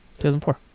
2004